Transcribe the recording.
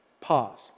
Pause